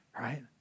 right